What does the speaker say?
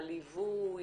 ליווי,